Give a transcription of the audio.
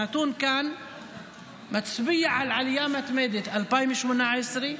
הנתון כאן מצביע על עלייה מתמדת: 2018,